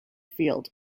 field